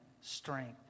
strength